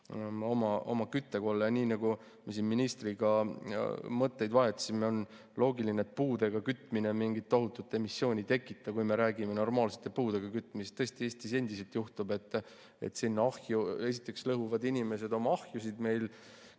oma küttekolle, nii nagu me siin ministriga mõtteid vahetasime, siis on loogiline, et puudega kütmine mingit tohutut emissiooni ei tekita, kui me räägime normaalsete puudega kütmisest. Tõesti, Eestis endiselt juhtub, et inimesed lõhuvad oma ahjusid.